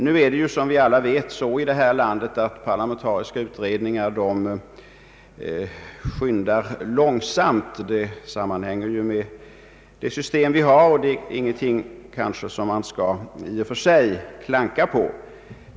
Nu är det som vi alla vet så i det här landet att parlamentariska utredningar skyndar långsamt. Det sammanhänger med det system vi har, och det är kanske inte någonting som man i och för sig bör klanka på.